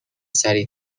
سریع